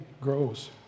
grows